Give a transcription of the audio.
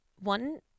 One